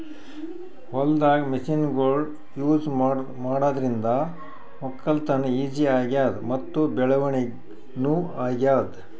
ಹೊಲ್ದಾಗ್ ಮಷಿನ್ಗೊಳ್ ಯೂಸ್ ಮಾಡಾದ್ರಿಂದ ವಕ್ಕಲತನ್ ಈಜಿ ಆಗ್ಯಾದ್ ಮತ್ತ್ ಬೆಳವಣಿಗ್ ನೂ ಆಗ್ಯಾದ್